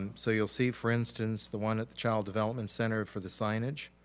and so you'll see for instance, the one that the child development center for the signage